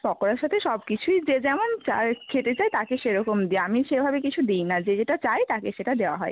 পকোড়ার সাথে সব কিছুই যে যেমন চায় খেতে চায় তাকে সেরকম দিই আমি সেভাবে কিছু দিই না যে যেটা চায় তাকে সেটা দেওয়া হয়